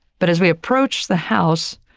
but as we approach the house,